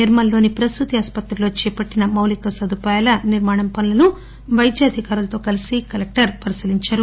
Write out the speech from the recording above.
నిర్మల్ లోని ప్రసూతి ఆసుపత్రిలో చేపట్టిన మౌలిక సదుపాయాల నిర్మాణ పనులను వైద్యాధికారులతో కలిసి కలెక్టర్ పరిశీలించారు